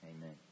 Amen